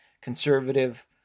conservative